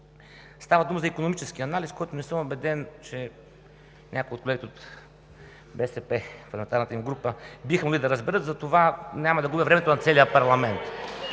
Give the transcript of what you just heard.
Става дума за икономически анализ, който не съм убеден, че някои от колегите от парламентарната група на БСП биха могли да разберат, затова няма да губя времето на целия парламент.